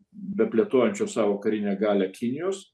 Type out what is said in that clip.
beplėtojančios savo karinę galią kinijos